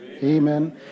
Amen